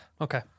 Okay